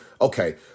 okay